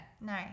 No